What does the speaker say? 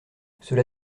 cela